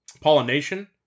pollination